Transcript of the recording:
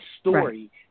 story